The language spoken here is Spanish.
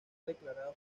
declarados